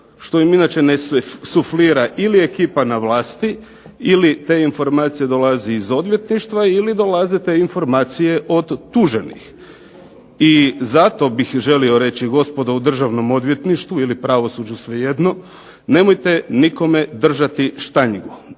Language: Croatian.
što im inače ne suflira ili ekipa na vlasti ili te informacije dolaze iz odvjetništva ili dolaze te informacije od tuženih. I zato bih želio reći gospodo u Državnom odvjetništvu ili pravosuđu svejedno, nemojte nikome držati štangu,